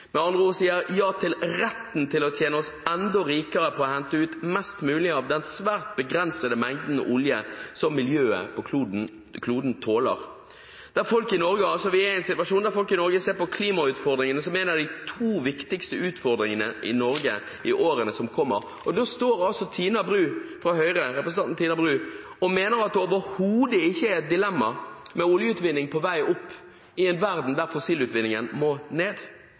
Med andre ord sier man ja til retten til å tjene oss enda rikere på å hente ut mest mulig av den svært begrensede mengden med olje som miljøet på kloden tåler. Vi er i en situasjon der folk i Norge ser på klimautfordringene som en av de to viktigste utfordringene i Norge i årene som kommer, og da står representanten Tina Bru fra Høyre og mener at det overhodet ikke er et dilemma med oljeutvinning på vei opp, i en verden der utvinningen av fossile ressurser må ned.